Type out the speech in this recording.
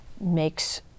makes